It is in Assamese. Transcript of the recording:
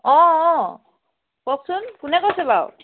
অঁ অঁ কওকচোন কোনে কৈছে বাৰু